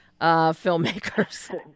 filmmakers